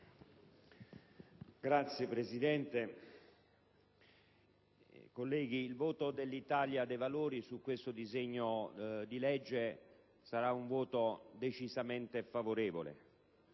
Signor Presidente, colleghi, il voto dell'Italia dei Valori su questo disegno di legge sarà un voto decisamente favorevole.